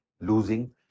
losing